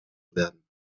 werden